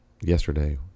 yesterday